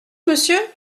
monsieur